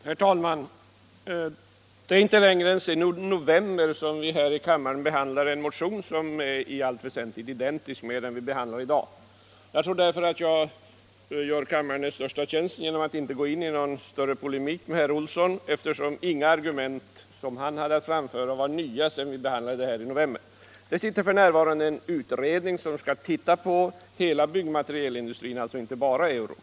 Herr talman! Det är inte längre än sedan i november som vi här i kammaren behandlade en motion som i allt väsentligt är identisk med den vi behandlar i dag. Jag tror därför att jag gör kammaren den största tjänsten genom att inte gå in i någon större polemik med herr Olsson i Stockholm. Inga argument som han hade att framföra är nya sedan vi behandlade frågan i november. Det har tillsatts en utredning som skall titta på hela byggmaterialindustrin, alltså inte bara Euroc.